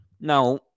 Now